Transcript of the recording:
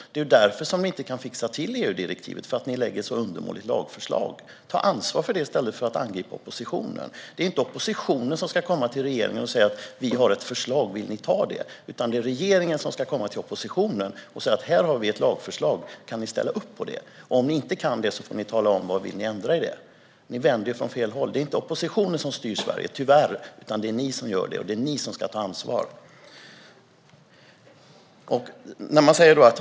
Ni kan inte fixa till EU-direktivet eftersom ni lägger fram ett undermåligt lagförslag. Ta ansvar för det i stället för att angripa oppositionen. Det är inte oppositionen som ska komma till regeringen och säga: Vi har ett förslag. Vill ni ta det? Det är regeringen som ska komma till oppositionen och säga: Här har vi ett lagförslag. Kan ni ställa upp på det? Om ni inte kan det får ni tala om vad ni vill ändra på. Ni vänder det åt fel håll. Det är inte oppositionen som styr Sverige, tyvärr. Det är ni som gör det, och det är ni som ska ta ansvar.